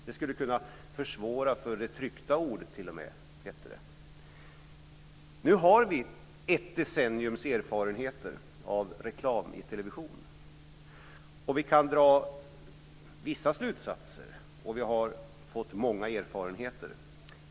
Det skulle t.o.m. kunna försvåra för det tryckta ordet, hette det. Nu har vi ett decenniums erfarenheter av reklam i television. Vi kan dra vissa slutsatser, och vi har fått många erfarenheter.